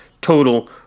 total